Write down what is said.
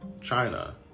China